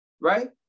right